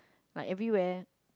like everywhere